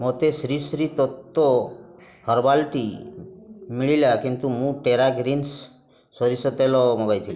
ମୋତେ Sri Sri Tattva herbal tea ମିଳିଲା କିନ୍ତୁ ମୁଁ ଟେରା ଗ୍ରୀନ୍ସ ସୋରିଷ ତେଲ ମଗାଇଥିଲି